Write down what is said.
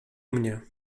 mnie